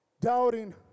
doubting